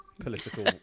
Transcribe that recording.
political